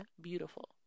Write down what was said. beautiful